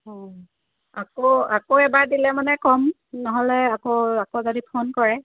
অঁ আকৌ আকৌ এবাৰ দিলে মানে ক'ম নহ'লে আকৌ আকৌ যদি ফোন কৰে